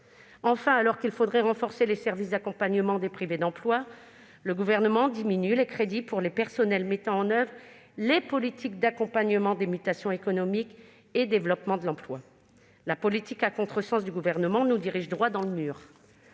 Enfin, alors qu'il faudrait renforcer les services d'accompagnement des privés d'emploi, le Gouvernement diminue les crédits pour les personnels mettant en oeuvre les politiques d'accompagnement des mutations économiques et de développement de l'emploi. La politique à contresens du Gouvernement nous dirige droit dans le mur.